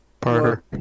Parker